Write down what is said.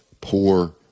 poor